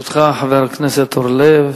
לרשותך, חבר הכנסת אורלב,